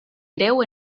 greu